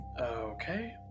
Okay